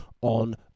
on